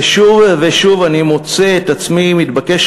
ושוב ושוב אני מוצא את עצמי מתבקש